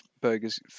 burgers